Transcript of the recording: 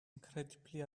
incredibly